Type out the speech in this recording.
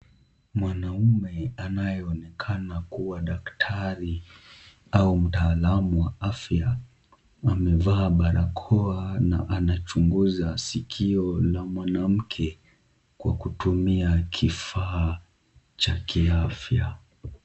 Mwanamume anayeonekana kuwa daktari au mtaalamu wa afya amevaa barakoa na anachunguza sikio la mwanamke kwa kutumia kifaa cha kiafya.